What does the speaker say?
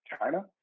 China